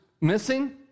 missing